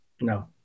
No